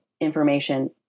information